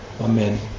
Amen